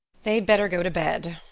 they'd better go to bed,